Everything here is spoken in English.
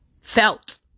felt